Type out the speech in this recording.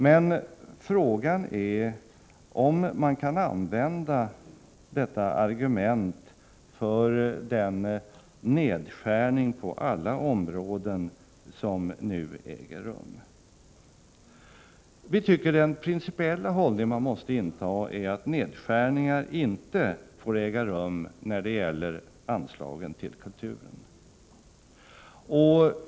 Men frågan är om man kan använda detta argument för den nedskärning på alla områden som nu äger rum. Vi tycker den principiella hållning man måste inta är att nedskärningar inte får äga rum när det gäller anslagen till kulturen.